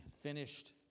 finished